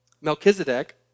Melchizedek